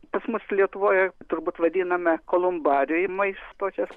pas mus lietuvoje turbūt vadinami kolumbariumais plačias